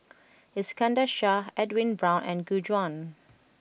Iskandar Shah Edwin Brown and Gu Juan